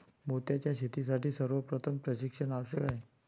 मोत्यांच्या शेतीसाठी सर्वप्रथम प्रशिक्षण आवश्यक आहे